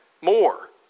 more